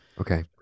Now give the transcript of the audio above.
Okay